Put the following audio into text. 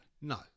No